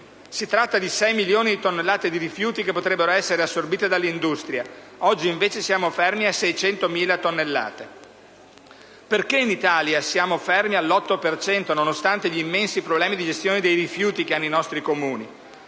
Si tratta di 6 milioni di tonnellate di rifiuti che potrebbero essere assorbite dall'industria: oggi, invece, siamo fermi a 600.000 tonnellate. Perché in Italia siamo fermi all'8 per cento, nonostante gli immensi problemi di gestione dei rifiuti che hanno i nostri Comuni?